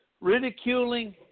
ridiculing